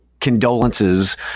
condolences